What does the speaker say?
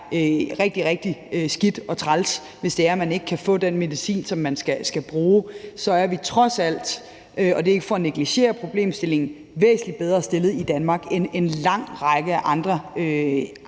rigtig, rigtig skidt og træls, hvis det er, man ikke kan få den medicin, som man skal bruge, så er vi trods alt – og det er ikke for at negligere problemstillingen – væsentlig bedre stillet i Danmark end en lang række andre